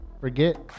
Forget